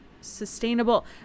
sustainable